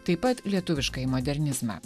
taip pat lietuviškai modernizmą